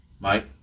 Mike